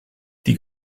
die